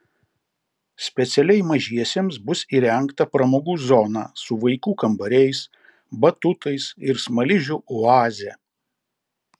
specialiai mažiesiems bus įrengta pramogų zona su vaikų kambariais batutais ir smaližių oaze